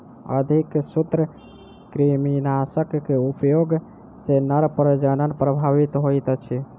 अधिक सूत्रकृमिनाशक के उपयोग सॅ नर प्रजनन प्रभावित होइत अछि